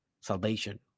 salvation